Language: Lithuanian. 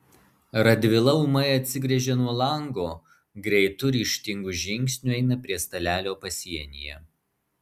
radvila ūmai atsigręžia nuo lango greitu ryžtingu žingsniu eina prie stalelio pasienyje